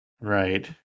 Right